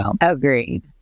agreed